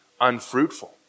unfruitful